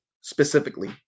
specifically